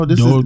no